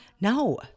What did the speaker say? No